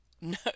No